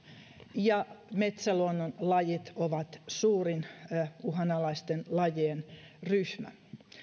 ja metsäluonnon lajit ovat suurin uhanalaisten lajien ryhmä